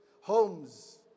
homes